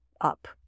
up